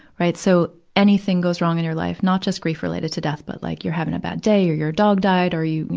right. so, anything goes wrong in your life, not just grief related to death, but like you're having a bad day, or your dog died, or you, you